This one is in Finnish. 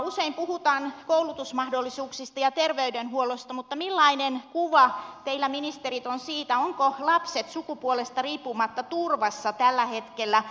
usein puhutaan koulutusmahdollisuuksista ja terveydenhuollosta mutta millainen kuva teillä ministerit on siitä ovatko lapset sukupuolesta riippumatta turvassa tällä hetkellä